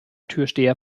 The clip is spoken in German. türsteher